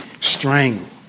Strangled